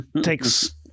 takes